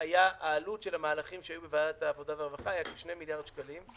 העלות של המהלכים שהיו בוועדת העבודה והרווחה היו כ-2 מיליארד שקלים,